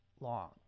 long